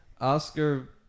Oscar